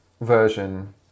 version